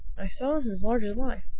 i saw him as large as life.